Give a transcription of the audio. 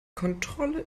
kontrolle